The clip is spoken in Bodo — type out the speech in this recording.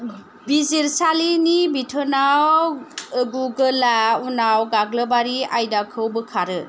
बिजिरसालिनि बिथोनाव गुगोला उनाव गाग्लोबारि आयदाखौ बोखारो